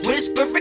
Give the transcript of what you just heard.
Whisper